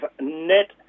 net